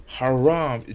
haram